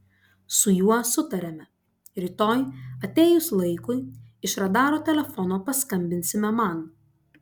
su juo sutarėme rytoj atėjus laikui iš radaro telefono paskambinsime man